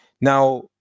Now